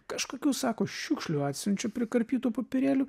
kažkokių sako šiukšlių atsiunčia prikarpytų popierėlių